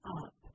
up